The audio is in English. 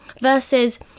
Versus